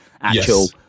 actual